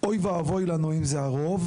שאוי ואבוי לנו אם זה הרוב,